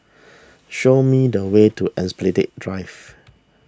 show me the way to Esplanade Drive